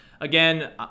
Again